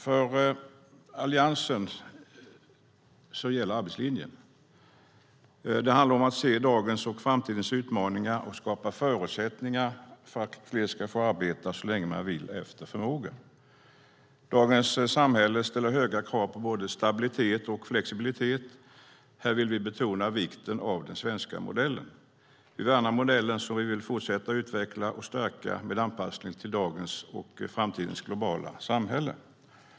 För Alliansen gäller arbetslinjen. Det handlar om att se dagens och framtidens utmaningar och skapa förutsättningar för att fler ska få arbeta så länge de vill och efter förmåga. Dagens samhälle ställer höga krav på både stabilitet och flexibilitet. Här vill vi betona vikten av den svenska modellen. Vi värnar modellen som vi vill fortsätta att utveckla och stärka med en anpassning till dagens och framtidens globala samhälle.